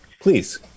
Please